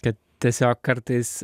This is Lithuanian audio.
kad tiesiog kartais